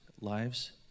lives